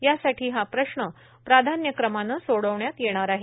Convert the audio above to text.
यासाठी हा प्रश्न प्राधान्यक्रमाने सोडविण्यात येणार आहे